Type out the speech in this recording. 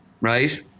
Right